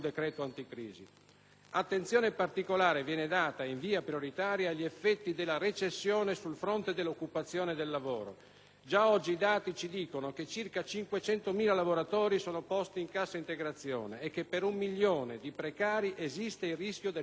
Attenzione particolare viene data e, in via prioritaria, agli effetti della recessione sul fronte dell'occupazione, del lavoro. Già oggi i dati ci dicono che circa 500.000 lavoratori sono posti in cassa integrazione, e che per un milione di precari esiste il rischio del mancato rinnovo.